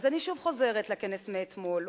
אז אני שוב חוזרת לכנס של אתמול,